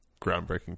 groundbreaking